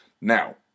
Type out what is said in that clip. Now